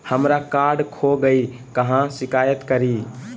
हमरा कार्ड खो गई है, कहाँ शिकायत करी?